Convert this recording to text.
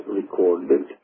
recorded